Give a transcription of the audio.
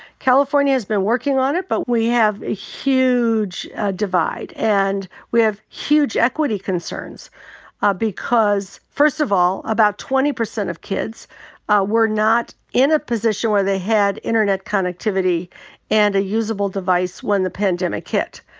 california's been working on it. but we have a huge divide. and we have huge equity concerns because first of all about twenty percent of kids were not in a position where they had internet connectivity and a usable device when the pandemic hit.